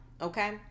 Okay